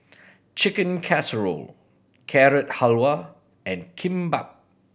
Chicken Casserole Carrot Halwa and Kimbap